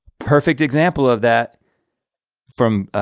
perfect example of that from,